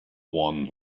one